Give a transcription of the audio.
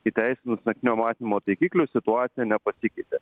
įteisinus naktinio matymo taikiklius situacija nepasikeitė